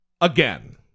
again